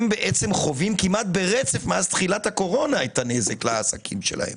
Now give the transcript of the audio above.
הם חווים כמעט ברצף מאז תחילת הקורונה את הנזק לעסקים שלהם